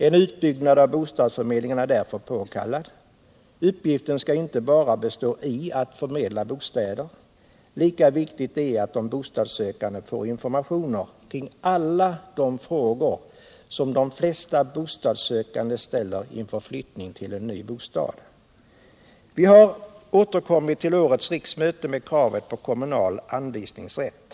Fn utbyggnad av bostadsförmedlingarna är därför påkallad. Bostadsförmedlingarnas uppgift skall inte bara bestå i att förmedla bostäder. Lika viktigt är att de bostadssökande får information när det gäller alta de frågor som de kan ställa I samband med flyttning till en ny bostad. Vi har ull ärets riksmöte återkommit med kravet på kommunal anvisningsrätt.